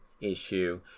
Issue